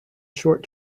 short